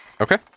Okay